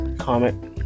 comment